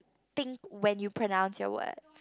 think when you pronounce your words